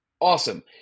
awesome